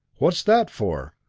what's that for?